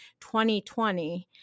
2020